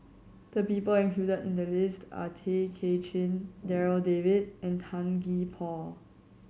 the people included in the list are Tay Kay Chin Darryl David and Tan Gee Paw